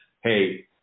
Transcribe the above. Hey